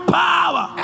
power